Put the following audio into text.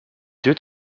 deux